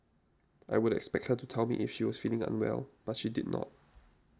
I would expect her to tell me if she was feeling unwell but she did not